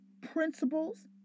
principles